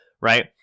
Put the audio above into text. right